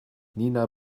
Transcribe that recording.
nina